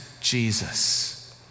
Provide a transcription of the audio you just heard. Jesus